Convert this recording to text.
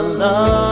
love